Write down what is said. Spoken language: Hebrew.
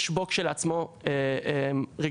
יש בו כשלעצמו רגישות,